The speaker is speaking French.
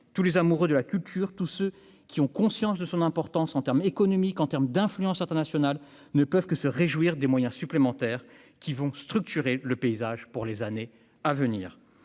tous les amoureux de la culture, tous ceux qui ont conscience de son importance en termes économiques, en termes d'influence internationale ne peuvent que se réjouir des moyens supplémentaires qui vont structurer le paysage pour les années à venir,